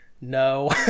no